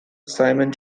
simon